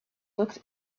looked